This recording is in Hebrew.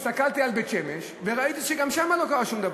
הסתכלתי על בית-שמש וראיתי שגם שם לא קרה שום דבר.